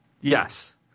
Yes